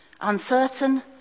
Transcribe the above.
uncertain